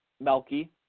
Melky